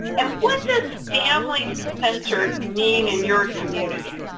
and what does family-centered mean in your community?